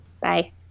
Bye